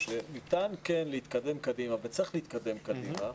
שניתן להתקדם קדימה וצריך להתקדם קדימה,